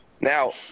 Now